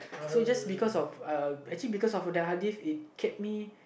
so just because of uh actually because of the hadith it kept me